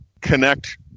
connect